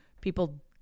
People